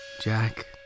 Jack